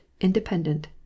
Independent